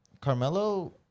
Carmelo